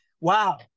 wow